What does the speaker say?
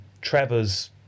Trevor's